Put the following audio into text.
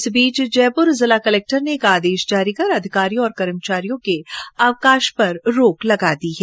इस बीच जयपुर जिला कलक्टर ने एक आदेश जारी कर अधिकारियों और कर्मचारियों के अवकाश पर रोक लगा दी है